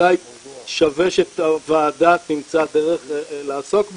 שאולי שווה שהוועדה תמצא דרך לעסוק בה,